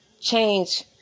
change